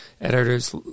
editors